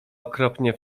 okropnie